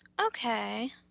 Okay